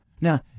Now